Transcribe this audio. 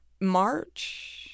March